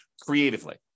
creatively